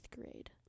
grade